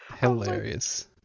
Hilarious